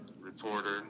reporter